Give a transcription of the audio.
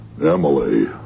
Emily